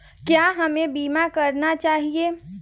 क्या हमें बीमा करना चाहिए?